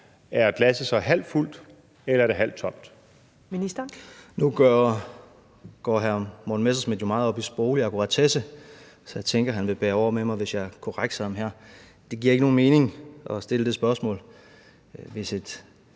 og forsyningsministeren (Dan Jørgensen): Nu går hr. Morten Messerschmidt jo meget op i sproglig akkuratesse, så jeg tænker, at han vil bære over med mig, hvis jeg korrekser ham her. Det giver ikke nogen mening at stille det spørgsmål.